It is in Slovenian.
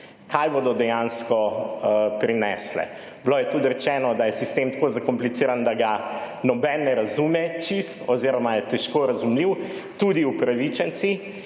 kaj bodo dejansko prinesle. Bilo je tudi rečeno, da je sistem tako zakompliciran, da ga noben ne razume čisto oziroma je težko razumljiv, tudi upravičenci,